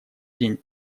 день